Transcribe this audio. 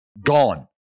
gone